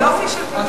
יופי של פתרון.